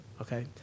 Okay